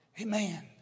Amen